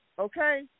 Okay